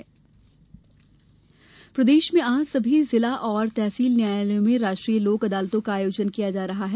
लोक अदालत प्रदेश में आज सभी जिला और तहसील न्यायालयों में राष्ट्रीय लोक अदालत का आयोजन किया जा रहा है